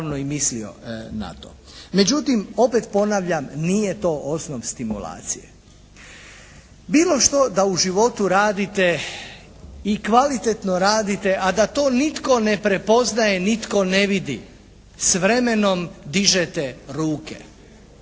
Međutim opet ponavljam nije to osnov stimulacije. Bilo što da u životu radite i kvalitetno radite, a da to nitko ne prepoznaje, nitko ne vidi s vremenom dižete ruke.